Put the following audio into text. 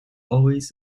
always